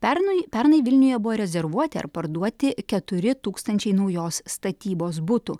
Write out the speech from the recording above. pernai pernai vilniuje buvo rezervuoti ar parduoti keturi tūkstančiai naujos statybos butų